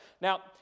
Now